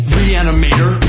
reanimator